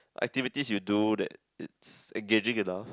activities you do that it's engaging enough